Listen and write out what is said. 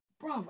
bro